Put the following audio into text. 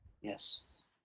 yes